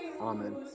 Amen